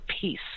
peace